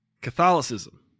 Catholicism